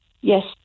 yes